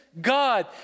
God